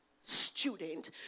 student